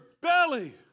belly